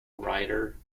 rider